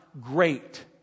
great